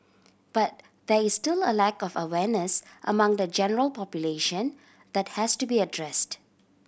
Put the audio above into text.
but there is still a lack of awareness among the general population that has to be addressed